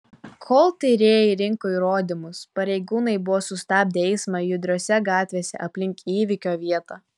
kol tyrėjai rinko įrodymus pareigūnai buvo sustabdę eismą judriose gatvėse aplink įvykio vietą